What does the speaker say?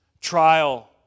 trial